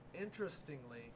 Interestingly